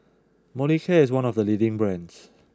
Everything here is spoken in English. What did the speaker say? Molicare is one of the leading brands